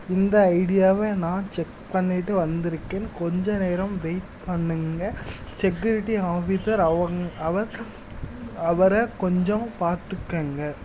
இந்த ஐடியாவை நான் செக் பண்ணிவிட்டு வந்திருக்கேன் கொஞ்ச நேரம் வெயிட் பண்ணுங்க செக்யூரிட்டி ஆஃபீசர் அவங் அவர் அவரை கொஞ்சம் பார்த்துக்கங்க